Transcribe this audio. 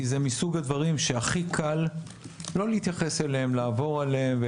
כי זה מסוג הדברים שהכי קל לא להתייחס אליהם לעבור עליהם,